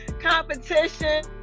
competition